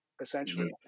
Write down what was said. essentially